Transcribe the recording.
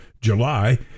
July